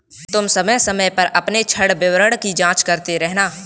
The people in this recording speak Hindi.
तुम समय समय पर अपने ऋण विवरण की जांच करते रहना